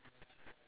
ya